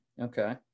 okay